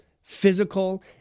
physical